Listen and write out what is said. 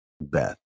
Beth